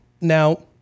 Now